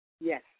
Yes